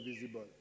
visible